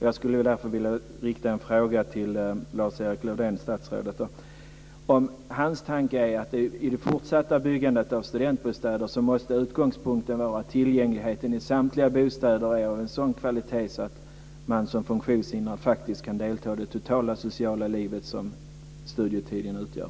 Jag skulle därför vilja rikta en fråga till statsrådet Lars-Erik Lövdén om hans tanke är att utgångspunkten i det fortsatta byggandet av studentbostäder måste vara att tillgängligheten i samtliga bostäder är av sådan kvalitet att man som funktionshindrad kan delta i det totala sociala liv som studietiden utgör.